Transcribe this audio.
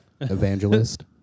evangelist